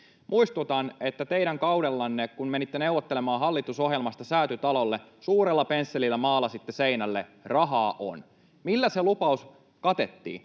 Muistutan, että teidän kaudellanne, kun menitte neuvottelemaan hallitusohjelmasta Säätytalolle, suurella pensselillä maalasitte seinälle: ”Rahaa on”. Millä se lupaus katettiin?